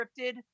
scripted